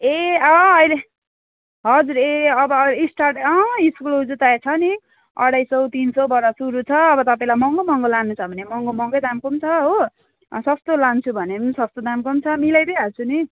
ए अँ अहिले हजुर ए अब स्टार्ट अँ स्कुलको जुत्ता छ नि अढाई सौ तिन सौबाट सुरु छ अब तपाईँलाई महँगो महँगो लानु छ भने महँगो महँगो दामको पनि छ हो अनि सस्तो लान्छु भने पनि सस्तो दामको पनि छ मिलाइदिइहाल्छु नि